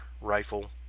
rifle